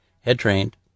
Head-trained